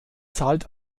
zahlt